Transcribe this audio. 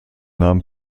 nahm